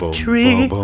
tree